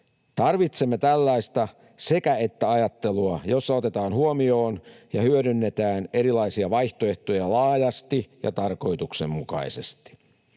Tarvitsemme tällaista sekä—että-ajattelua, jossa otetaan huomioon ja hyödynnetään erilaisia vaihtoehtoja laajasti ja tarkoituksenmukaisesti.